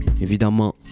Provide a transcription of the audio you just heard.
évidemment